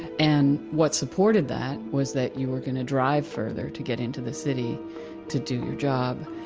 and what supported that was that you were going to drive further to get into the city to do your job.